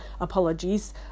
Apologies